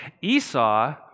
Esau